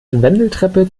wendeltreppe